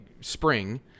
spring